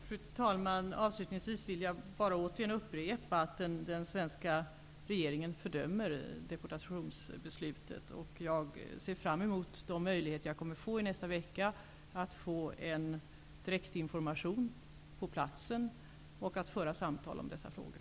Fru talman! Avslutningsvis vill jag bara återigen upprepa att den svenska regeringen fördömer deportationsbeslutet. Jag ser fram emot de möjligheter som jag i nästa vecka kommer att få till en direktinformation på platsen och att få föra samtal om dessa frågor.